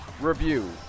review